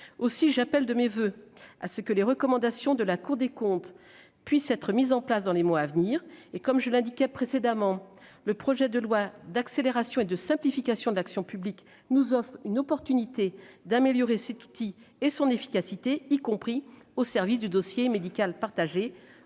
C'est pourquoi je souhaite que les recommandations de la Cour des comptes soient mises en place dans les mois à venir. Comme je l'indiquais précédemment, le projet de loi d'accélération et de simplification de l'action publique nous offre une opportunité d'améliorer cet outil et son efficacité, y compris au service du dossier médical partagé.